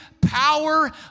power